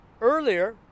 earlier